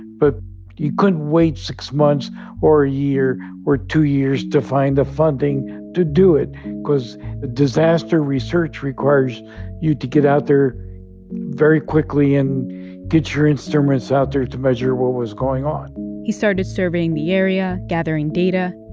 but you couldn't wait six months or a year or two years to find the funding to do it cause disaster disaster research requires you to get out there very quickly and get your instruments out there to measure what was going on he started surveying the area, gathering data.